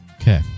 Okay